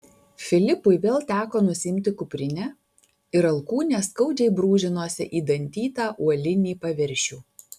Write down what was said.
filipui vėl teko nusiimti kuprinę ir alkūnės skaudžiai brūžinosi į dantytą uolinį paviršių